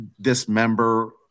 dismember –